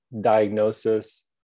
diagnosis